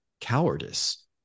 cowardice